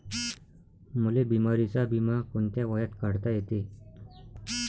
मले बिमारीचा बिमा कोंत्या वयात काढता येते?